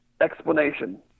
explanation